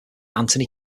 anthony